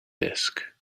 disk